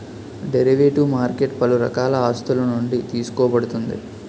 derivative market పలు రకాల ఆస్తులునుండి తీసుకోబడుతుంది